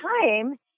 time